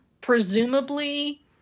Presumably